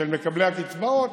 של מקבלי הקצבאות.